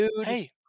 Hey